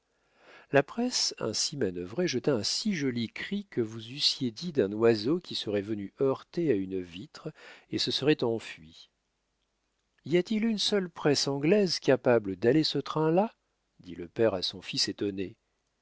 la presse ainsi manœuvrée jeta un si joli cri que vous eussiez dit d'un oiseau qui serait venu heurter à une vitre et se serait enfui y a-t-il une seule presse anglaise capable d'aller ce train-là dit le père à son fils étonné